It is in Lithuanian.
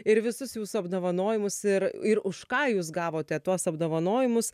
ir visus jūsų apdovanojimus ir ir už ką jūs gavote tuos apdovanojimus